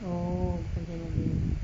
oh bukan channel dia